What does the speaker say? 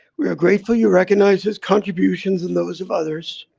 we are grateful you recognize his contributions and those of others